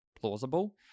plausible